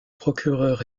procureur